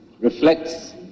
reflects